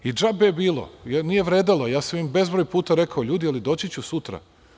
DŽabe je bilo, jer nije vredelo, ja sam im bezbroj puta rekao – ljudi doći ću sutra.